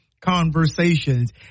conversations